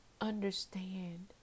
understand